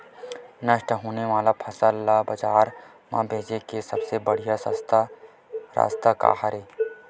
नष्ट होने वाला फसल ला बाजार मा बेचे के सबले बढ़िया रास्ता का हरे?